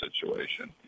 situation